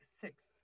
six